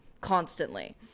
constantly